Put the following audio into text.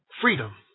freedom